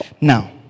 Now